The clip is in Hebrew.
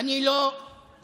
ואני לא אגיד